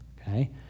okay